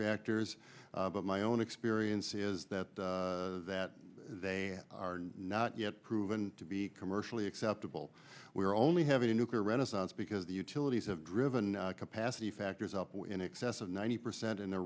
reactors but my own experience is that that they are not yet proven to be commercially acceptable we're only having a nuclear renaissance because the utilities have driven capacity factors up in excess of ninety percent